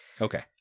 Okay